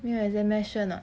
没有 exam meh sure or not